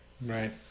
Right